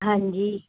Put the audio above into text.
ਹਾਂਜੀ